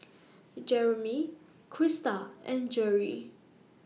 Jereme Crysta and Gerri